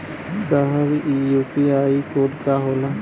साहब इ UPI code का होला?